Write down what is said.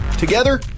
Together